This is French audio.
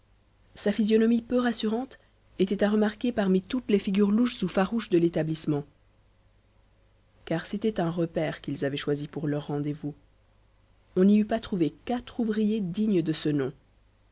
sa physionomie peu rassurante était à remarquer parmi toutes les figures louches ou farouches de l'établissement car c'était un repaire qu'ils avaient choisi pour leur rendez-vous on n'y eût pas trouvé quatre ouvriers dignes de ce nom